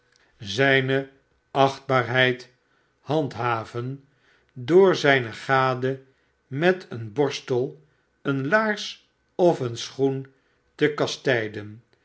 zrjne achtbaarheid handhaven door zijne gade met een borstel eene laars of een schoen te kastijden